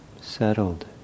settled